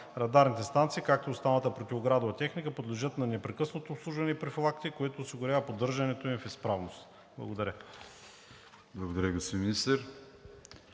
Радарните станции, както и останалата противоградова техника подлежат на непрекъснато обслужване и профилактика, което осигурява поддържането им в изправност. Благодаря